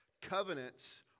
Covenants